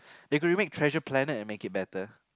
they could remake Treasure Planet and make it better